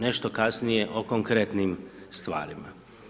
Nešto kasnije o konkretnim stvarima.